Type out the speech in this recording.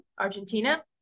Argentina